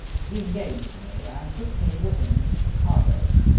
he engaged me, and took me with him to chicago.